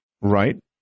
right